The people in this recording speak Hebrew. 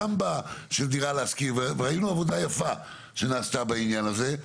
גם "דירה להשכיר" וראינו עבודה יפה שנעשתה בעניין הזה,